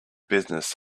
business